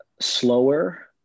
slower